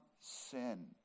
sin